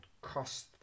cost